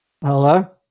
Hello